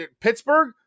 Pittsburgh